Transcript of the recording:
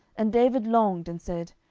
and david longed, and said,